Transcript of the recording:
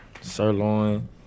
sirloin